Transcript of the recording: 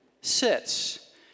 sits